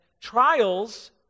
trials